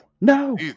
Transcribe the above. No